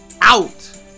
out